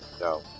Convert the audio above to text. No